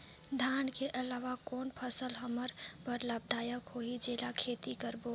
धान के अलावा कौन फसल हमर बर लाभदायक होही जेला खेती करबो?